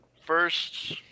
first